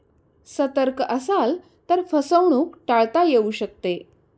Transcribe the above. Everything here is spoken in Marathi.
सतर्क असाल तर फसवणूक टाळता येऊ शकते